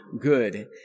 good